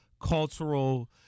cultural